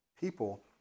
People